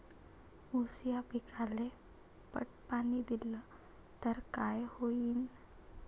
ऊस या पिकाले पट पाणी देल्ल तर काय होईन?